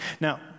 Now